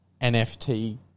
NFT